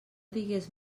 digues